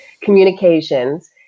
communications